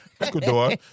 Ecuador